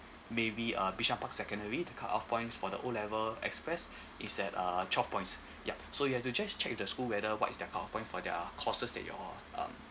maybe uh bishan park secondary the cut off points for the O level express is at uh twelve points yup so you have to just check with the school whether what is their cut off point for their courses that your um